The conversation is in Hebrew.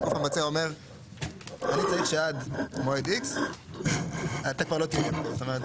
הגוף המבצע אומר אני צריך שעד מועד X אתה כבר לא תהיה פה.